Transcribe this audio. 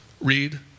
read